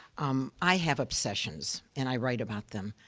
um, i have obsessions and i write about them.